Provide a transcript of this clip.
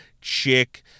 chick